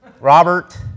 Robert